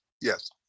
yes